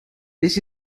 this